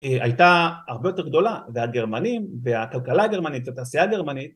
הייתה הרבה יותר גדולה, והגרמנים והכלכלה הגרמנית, התעשייה הגרמנית